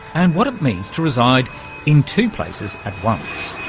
and what it means to reside in two places at once.